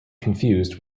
confused